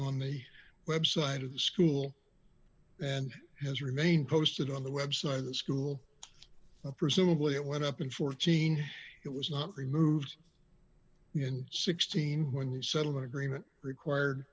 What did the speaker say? on the website of the school and has remained posted on the website of the school but presumably it went up in fourteen it was not removed in sixteen when the settlement agreement required